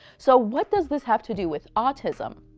so, what does this have to do with autism?